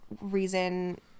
reason